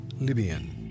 Libyan